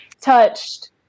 touched